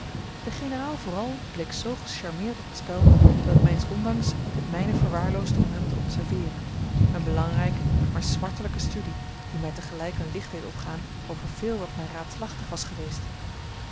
de generaal vooral bleek zoo gecharmeerd op het spel dat ik mijns ondanks het mijne verwaarloosde om hem te observeeren eene belangrijke maar smartelijke studie die mij tegelijk een licht deed opgaan over veel wat mij raadselachtig was geweest